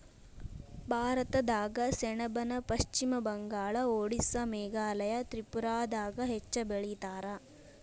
ಭಾರತದಾಗ ಸೆಣಬನ ಪಶ್ಚಿಮ ಬಂಗಾಳ, ಓಡಿಸ್ಸಾ ಮೇಘಾಲಯ ತ್ರಿಪುರಾದಾಗ ಹೆಚ್ಚ ಬೆಳಿತಾರ